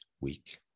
week